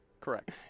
Correct